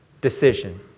decision